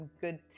good